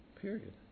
Period